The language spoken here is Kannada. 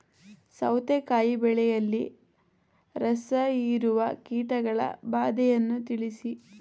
ಸೌತೆಕಾಯಿ ಬೆಳೆಯಲ್ಲಿ ರಸಹೀರುವ ಕೀಟಗಳ ಬಾಧೆಯನ್ನು ತಿಳಿಸಿ?